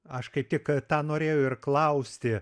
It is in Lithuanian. aš kaip tik tą norėjau ir klausti